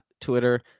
Twitter